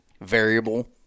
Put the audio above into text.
variable